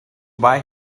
buy